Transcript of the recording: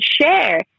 share